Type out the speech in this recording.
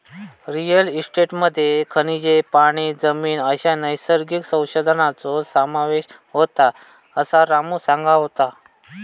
real इस्टेटमध्ये खनिजे, पाणी, जमीन अश्या नैसर्गिक संसाधनांचो समावेश होता, असा रामू सांगा होतो